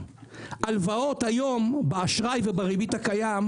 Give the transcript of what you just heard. הלוואת היום באשראי ובריבית הקיים,